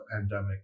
pandemic